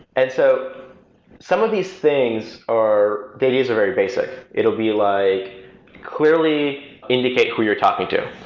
and so some of these things, or these are very basic. it will be like clearly indicate who you're talking to,